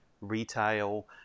retail